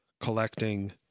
collecting